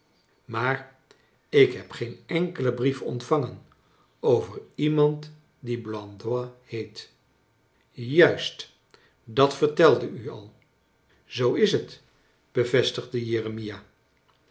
jmaar ik heb geen enkelen brief ontvangen over iemand die blandois heet juist dat vertelde u al zoo is het bevestigde